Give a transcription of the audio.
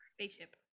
Spaceship